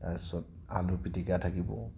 তাৰ পিছত আলু পিটিকা থাকিব